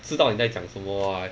知道你在讲什么 ah